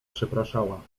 przepraszała